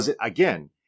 again